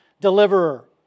deliverer